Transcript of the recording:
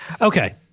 Okay